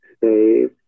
Save